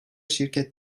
şirket